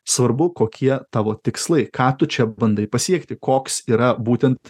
svarbu kokie tavo tikslai ką tu čia bandai pasiekti koks yra būtent